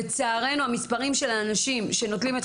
לצערנו המספרים של האנשים שנוטלים את